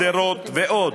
שדרות ועוד.